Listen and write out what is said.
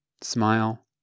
smile